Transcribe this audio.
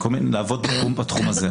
לעבוד בתחום הזה.